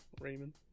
Raymond